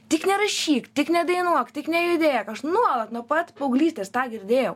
tik nerašyk tik nedainuok tik nejudėk aš nuolat nuo pat paauglystės tą girdėjau